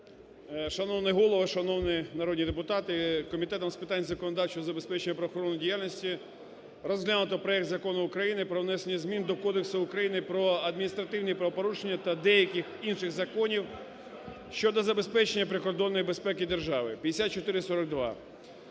Шановний Голово! Шановні народні депутати! Комітетом з питань законодавчого забезпечення правоохоронної діяльності розглянуто проект Закону України про внесення змін до Кодексу України про адміністративні правопорушення та деяких інших законів щодо забезпечення прикордонної безпеки держави (5442).